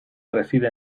reside